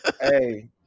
Hey